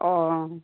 অঁ